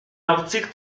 article